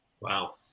Wow